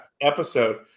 episode